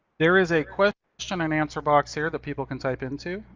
there is a question question and answer box here that people can type into.